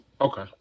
Okay